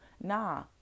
Nah